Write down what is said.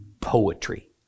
poetry